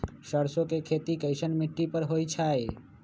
सरसों के खेती कैसन मिट्टी पर होई छाई?